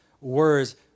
words